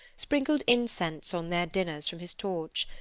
sprinkled incense on their dinners from his torch.